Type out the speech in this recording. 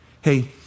hey